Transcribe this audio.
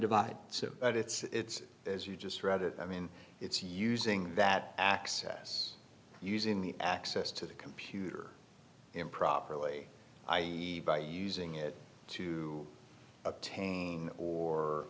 divide so that it's as you just read it i mean it's using that access using the access to the computer improperly i e by using it to obtain or